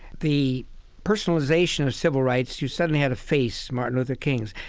the personalization of civil rights, you suddenly had a face martin luther king.